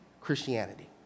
Christianity